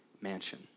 mansion